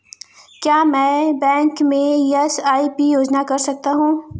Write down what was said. क्या मैं बैंक में एस.आई.पी योजना कर सकता हूँ?